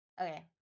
Okay